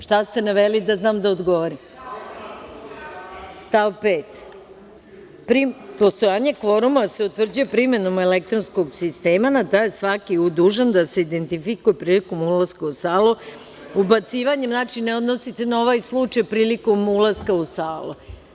Šta ste naveli, da znam da odgovorim? (Marinika Tepić: Stav 5.) Stav 5. – postojanje kvoruma se utvrđuje primenom elektronskog sistema da je svaki dužan da se identifikuje prilikom ulaska u salu ubacivanjem, znači ne odnosi se na ovaj slučaj, prilikom ulaska u sali.